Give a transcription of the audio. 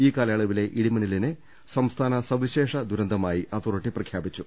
ഈ കാലയളവിലെ ഇടിമിന്നലിനെ സംസ്ഥാന സവിശേഷ ദുരന്തമായി അതോറിറ്റി പ്രഖ്യാപിച്ചു